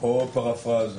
או פרפראזה